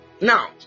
now